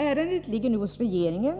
Ärendet ligger nu hos regeringen.